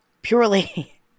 purely